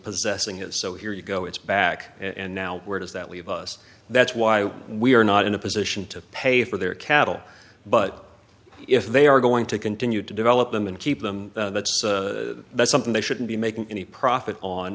possessing is so here you go it's back and now where does that leave us that's why we are not in a position to pay for their cattle but if they are going to continue to develop them and keep them that's something they shouldn't be making any profit on